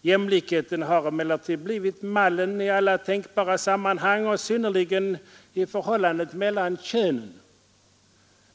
Jämlikheten har emellertid blivit mallen i alla tänkbara sammanhang och i synnerhet i förhållandet mellan könen.